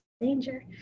danger